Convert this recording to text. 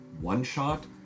one-shot